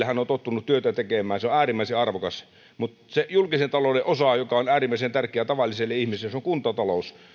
hän on tottunut työtä tekemään on äärimmäisen arvokasta se julkisen talouden osa joka on äärimmäisen tärkeä tavalliselle ihmiselle on kuntatalous ja